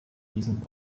diesem